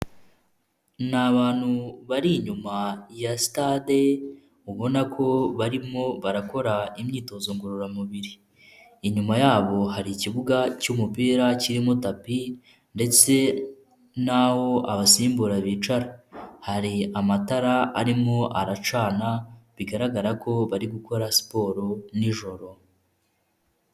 Ni abantu bari inyuma ya sitade mubona ko barimo barakora imyitozo ngororamubiri, inyuma yabo hari ikibuga cy'umupira kirimo tapi ndetse n'aho abasimbura bicara, hari amatara arimo aracana bigaragara ko bari gukora siporo nijoro.